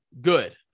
good